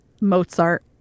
Mozart